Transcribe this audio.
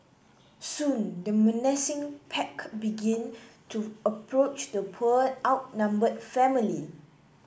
soon the menacing pack began to approach the poor outnumbered family